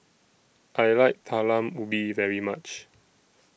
I like Talam Ubi very much